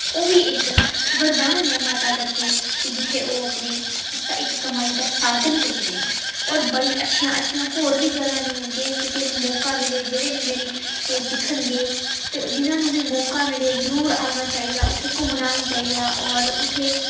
ओह् बी इक बरदान ऐ माता तरफों कि जित्थै ओह् अपनी इक कमाई दा साधन तुपदे न और बड़ियां अच्छियां अच्छियां होर बी जगह्ं न जे कुसै गी मौका मिलै जेह्ड़े बी मेले दिक्खन गे ते जिनें गी बी मौका मिलै जरूर औना चाहिदा उत्थै घुम्मना बी चाहिदा और उत्थै